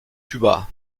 cuba